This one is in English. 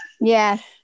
Yes